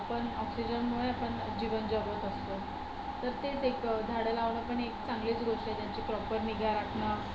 आपण ऑक्सिजनमुळे आपण जीवन जगत असतो तर तेच एक झाडं लावणं पण एक चांगलीच गोष्ट आहे ज्यांची प्रॉपर निगा राखणं